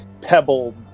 pebble